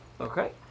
Okay